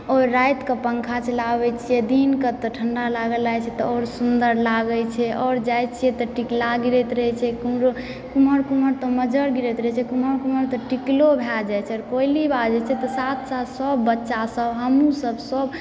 आओर रातिके पंखा चलाबैत छियै दिनकऽ तऽ ठण्डा लागऽ लागैत छै तऽ आओर सुन्दर लागैत छै आओर जाइत छियै तऽ टिकला गिरैत रहैत छै कोम्हरो कोमहर कोमहरतऽ मजर गिरैत रहय छै कोमहर कोमहर तऽ टिकलो भए जाइत छै आओर कोइली बाजैत छै तऽ साथ साथ सभ बच्चासभ हमहुँसभ सभ